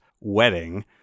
wedding